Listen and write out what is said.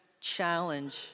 challenge